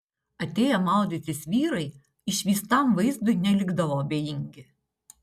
atėję maudytis vyrai išvystam vaizdui nelikdavo abejingi